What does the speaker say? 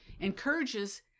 encourages